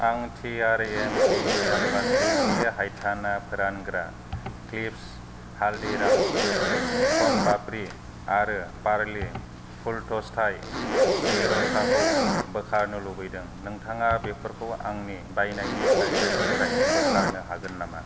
आं T R A M premium plastic जि हायथाना फोरानग्रा क्लिप्स हालदिराम स'न पाप्रि आरो पारले फुलट'सथाइ स्रिरच्हाखौ बोखारनो लुबैदों नोंथाङा बेफोरखौ आंनि बायनायनि फारिलाइनिफ्राय बोखारनो हागोन नामा